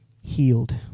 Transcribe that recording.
healed